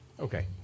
Okay